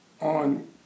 on